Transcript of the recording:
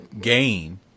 gain